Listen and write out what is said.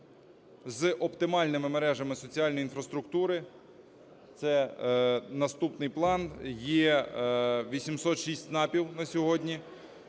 з оптимальними мережами соціальної інфраструктури. Це наступний план, є 806 ЦНАПів на сьогодні,